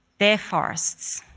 their forests,